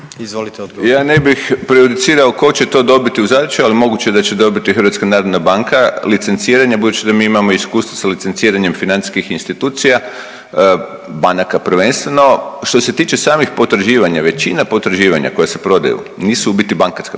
Ja ne bih prejudicirao ko će to dobiti u zadaću, al moguće da će dobiti HNB licenciranje budući da mi imamo iskustvo sa licenciranjem financijskih institucija, banaka prvenstveno. Što se tiče samih potraživanja, većina potraživanja koja se prodaju nisu u biti bankarska